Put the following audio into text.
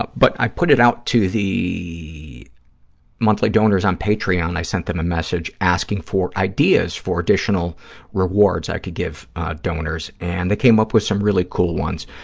but i put it out to the monthly donors on patreon, i sent them a message asking for ideas for additional rewards i could give donors, and they came up with some really cool ones.